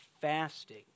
fasting